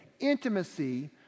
intimacy